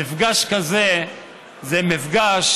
מפגש כזה זה מפגש